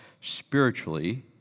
spiritually